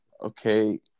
okay